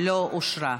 לא נתקבלה.